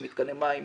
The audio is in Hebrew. למתקני מים.